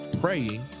praying